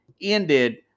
ended